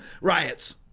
riots